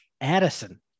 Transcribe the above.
Addison